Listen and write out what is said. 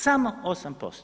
Samo 8%